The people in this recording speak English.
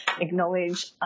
acknowledge